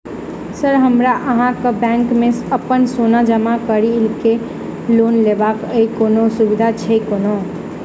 Sir हमरा अहाँक bank मे अप्पन सोना जमा करि केँ लोन लेबाक अई कोनो सुविधा छैय कोनो?